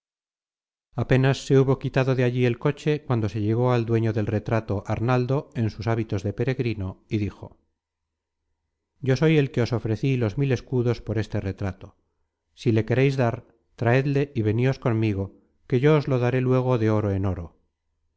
apenas se hubo quitado de allí el coche cuando se llegó al dueño del retrato arnaldo en sus hábitos de peregrino y dijo yo soy el que os ofrecí los mil escudos por este retrato si le quereis dar traedle y veníos conmigo que yo os los daré luego de oro en oro